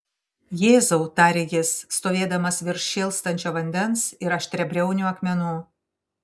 jėzau tarė jis stovėdamas virš šėlstančio vandens ir aštriabriaunių akmenų